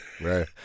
Right